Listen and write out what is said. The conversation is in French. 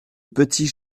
petits